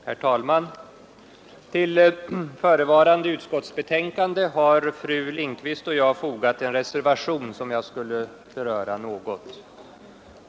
Herr talman! Till förevarande utskottsbetänkande har fru Lindquist och jag fogat en reservation, som jag skall beröra något.